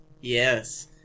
yes